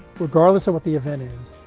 regardless of what the event is,